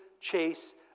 chase